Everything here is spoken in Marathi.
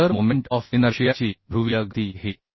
पोलर मोमेंट ऑफ इनर्शियाची ध्रुवीय गती ही